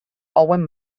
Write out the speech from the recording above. owen